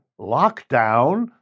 lockdown